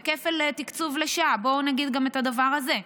זה כפל תקצוב לשעה, בואו נגיד גם את הדבר הזה,